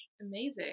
Amazing